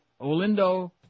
Olindo